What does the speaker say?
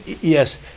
Yes